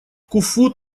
куффу